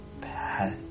bad